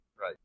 Right